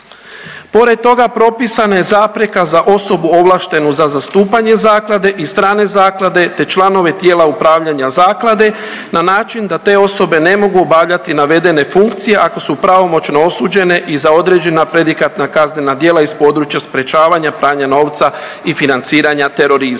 Pored toga propisana je zapreka za osobu ovlaštenu za zastupanje zaklade i strane zaklade, te članove tijela upravljanja zaklade na način da te osobe ne mogu obavljati navedene funkcije ako su pravomoćno osuđene i za određena predikatna kaznena djela iz područja sprječavanja pranja novca i financiranja terorizma.